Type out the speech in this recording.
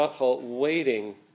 waiting